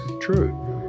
true